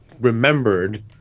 remembered